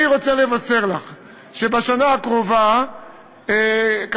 אני רוצה לבשר לך שבשנה הקרובה כמובן,